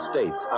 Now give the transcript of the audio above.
States